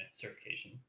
certification